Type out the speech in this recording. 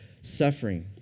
suffering